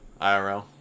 IRL